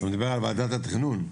מדובר על ועדת התכנון?